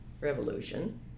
Revolution